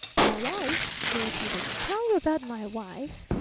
my wife? he repeated. tell you about my wife?